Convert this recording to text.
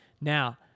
Now